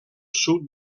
sud